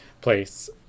place